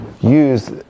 use